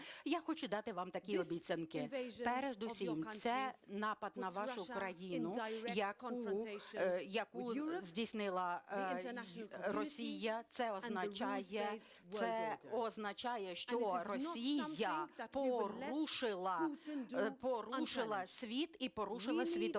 Я хочу дати вам такі обіцянки. Передусім це напад на вашу країну, який здійснила Росія, - це означає, що Росія порушила світ і порушила світовий